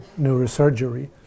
neurosurgery